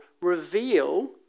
reveal